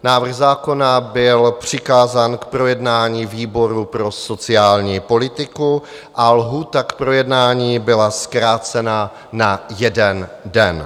Návrh zákona byl přikázán k projednání výboru pro sociální politiku a lhůta k projednání byla zkrácena na jeden den.